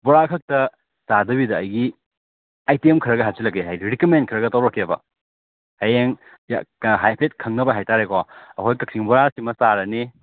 ꯕꯣꯔꯥ ꯈꯛꯇ ꯆꯥꯗꯕꯤꯗ ꯑꯩꯒꯤ ꯑꯥꯏꯇꯦꯝ ꯈꯔꯒ ꯍꯥꯞꯆꯤꯜꯂꯛꯀꯦ ꯍꯥꯏꯗꯤ ꯔꯤꯀꯃꯦꯟ ꯈꯔꯒ ꯇꯧꯔꯛꯀꯦꯕ ꯍꯌꯦꯡ ꯍꯥꯏꯐꯦꯠ ꯈꯪꯅꯕ ꯍꯥꯏ ꯇꯔꯦꯀꯣ ꯑꯩꯈꯣꯏ ꯀꯛꯆꯤꯡ ꯕꯣꯔꯥꯁꯤꯃ ꯆꯥꯔꯅꯤ